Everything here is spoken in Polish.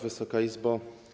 Wysoka Izbo!